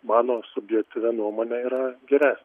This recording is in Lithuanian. mano subjektyvia nuomone yra geres